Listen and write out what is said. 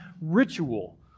ritual